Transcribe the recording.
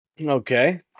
Okay